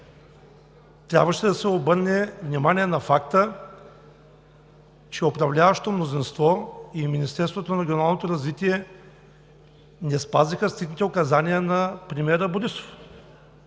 Трябваше да се обърне внимание на факта, че управляващото мнозинство и Министерството на регионалното развитие и благоустройството не спазиха стриктните указания на премиера Борисов